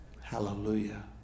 Hallelujah